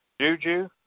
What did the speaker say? Juju